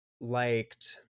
liked